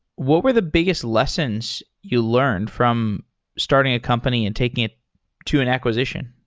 what were the biggest lessons you learned from starting a company and taking it to an acquisition?